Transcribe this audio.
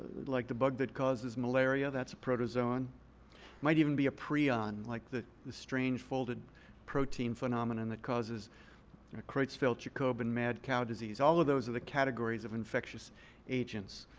like the bug that causes malaria. that's a protozoan. it might even be a prion, like the the strange folded protein phenomenon that causes creutzfeldt-jakob and mad cow disease. all of those are the categories of infectious agents.